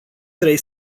trei